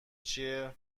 چیه